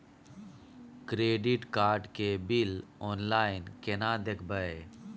Credit card के bill online केना देखबय?